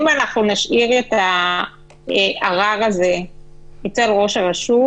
אם אנחנו נשאיר את הערר הזה אצל ראש הרשות,